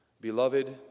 Beloved